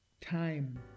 time